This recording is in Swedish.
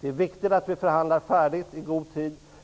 Det är viktigt att vi förhandlar färdigt i god tid.